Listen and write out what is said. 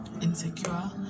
insecure